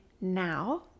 now